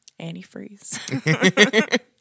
Antifreeze